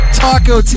taco